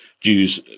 Jews